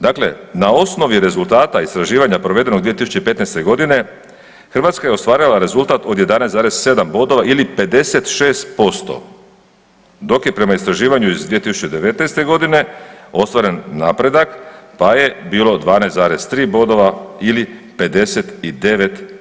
Dakle na osnovi rezultata istraživanja provedenog 2015. g. Hrvatska je ostvarila rezultat od 11,7 bodova ili 56%, dok je prema istraživanju iz 2019. g. ostvaren napredak pa je bilo 12,3 bodova ili 59%